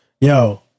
Yo